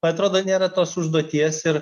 atrodo nėra tos užduoties ir